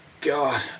god